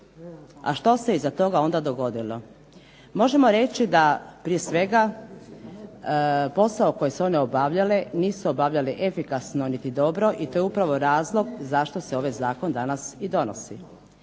A što se iza toga onda dogodilo? Možemo reći da prije svega posao koji su one obavljale nisu obavljale efikasno niti dobro i to je upravo razlog zašto se ovaj zakon danas i donosi.